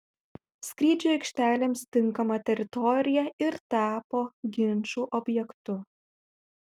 skrydžių aikštelėms tinkama teritorija ir tapo ginčų objektu